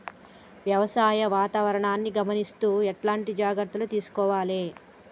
వ్యవసాయ వాతావరణాన్ని గమనిస్తూ ఎట్లాంటి జాగ్రత్తలు తీసుకోవాలే?